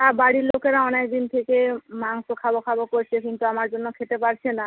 হ্যাঁ বাড়ির লোকেরা অনেকদিন থেকে মাংস খাবো খাবো করছে কিন্তু আমার জন্য খেতে পারছে না